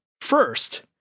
first